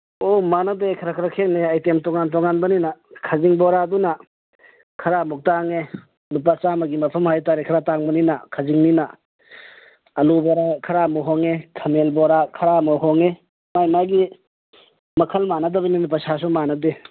ꯑꯣ ꯃꯥꯟꯅꯗꯦ ꯈꯔ ꯈꯔ ꯈꯦꯠꯅꯩ ꯑꯥꯏꯇꯦꯝ ꯇꯣꯉꯥꯟ ꯇꯣꯉꯥꯟꯕꯅꯤꯅ ꯈꯥꯖꯤꯡ ꯕꯣꯔꯥꯗꯨꯅ ꯈꯔ ꯑꯃꯨꯛ ꯇꯥꯡꯉꯦ ꯂꯨꯄꯥ ꯆꯥꯝꯃꯒꯤ ꯃꯐꯝ ꯍꯥꯏꯇꯔꯦ ꯈꯔ ꯇꯥꯡꯕꯅꯤꯅ ꯈꯥꯖꯤꯡꯅꯤꯅ ꯑꯂꯨ ꯕꯣꯔꯥ ꯈꯔ ꯑꯃꯨꯛ ꯍꯣꯡꯉꯦ ꯈꯥꯃꯦꯜ ꯕꯣꯔꯥ ꯈꯔ ꯑꯃꯨꯛ ꯍꯣꯡꯉꯦ ꯃꯥꯒꯤ ꯃꯥꯒꯤ ꯃꯈꯜ ꯃꯥꯟꯅꯗꯕꯅꯤꯅ ꯄꯩꯁꯥꯁꯨ ꯃꯥꯟꯅꯗꯦ